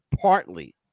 Partly